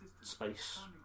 Space